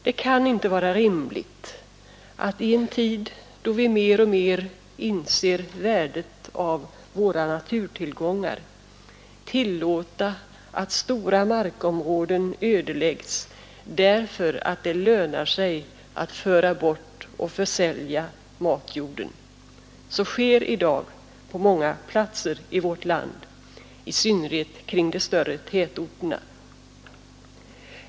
Det kan inte vara rimligt att i en tid, då vi mer och mer inser värdet av våra naturtillgångar, tillåta att stora markområden ödeläggs därför att det lönar sig att föra bort och försälja matjorden. Så sker i dag på många platser i vårt land, i synnerhet kring de större tätorterna.